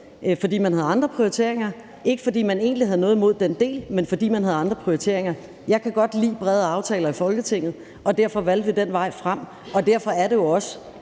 var med, og det var egentlig ikke, fordi man havde noget imod den del, men fordi man havde andre prioriteringer. Jeg kan godt lide brede aftaler i Folketinget, og derfor valgte vi den vej frem, og derfor er det jo også